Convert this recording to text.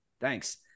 Thanks